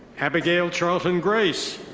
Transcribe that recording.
abigail charlton grace.